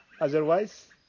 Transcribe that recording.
otherwise